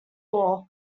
all